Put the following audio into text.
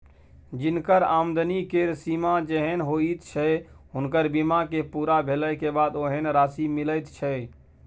जिनकर आमदनी केर सीमा जेहेन होइत छै हुनकर बीमा के पूरा भेले के बाद ओहेन राशि मिलैत छै